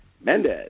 Mendez